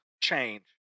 change